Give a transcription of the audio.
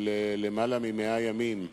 של יותר מ-100 ימים,